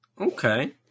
okay